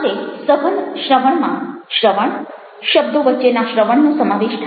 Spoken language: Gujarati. અંતે સઘન શ્રવણમાં શ્રવણ શબ્દો વચ્ચેના શ્રવણનો સમાવેશ થાય છે